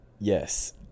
Yes